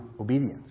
obedience